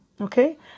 Okay